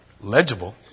legible